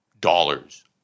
Dollars